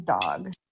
dog